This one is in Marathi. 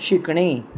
शिकणे